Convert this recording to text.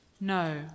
No